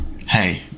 Hey